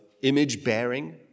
image-bearing